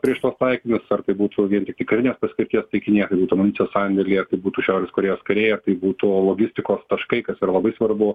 prieš tuos taikinius ar tai būtų vien tiktai karinės paskirties taikiniai ar tai būtų amunicijos sandėliai ar tai būtų šiaurės korėjos kariai ar tai būtų logistikos taškai kas yra labai svarbu